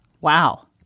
Wow